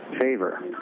favor